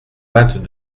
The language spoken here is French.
vingt